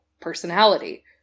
personality